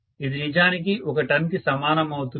ఇది నిజానికి ఒక టర్న్ కి సమానం అవుతుంది